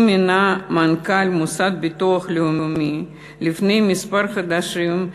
הוא מינה את מנכ"ל המוסד לביטוח לאומי לפני כמה חודשים,